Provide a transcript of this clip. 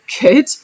good